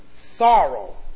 sorrow